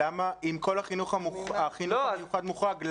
אם כל החינוך המיוחד מוחרג,